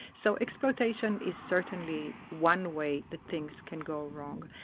so exploitation is certainly one way that things can go wrong,